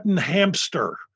Hamster